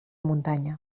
muntanya